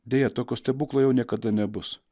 deja tokio stebuklo jau niekada nebus